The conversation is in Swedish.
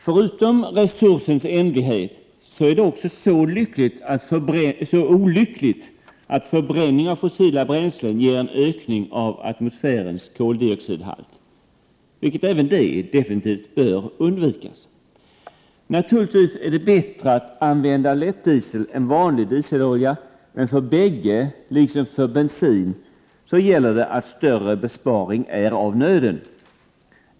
Förutom resursens ändlighet är det också så olyckligt att förbränning av fossila bränslen ger en ökning av atmosfärens koldioxidhalt, vilket även det definitivt bör undvikas. Naturligtvis är det bättre att använda lättdiesel än Prot. 1988/89:110 vanlig dieselolja, men för bägge liksom för bensin gäller det att större 9 maj 1989 esparing är av nöden.